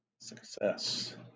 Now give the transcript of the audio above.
Success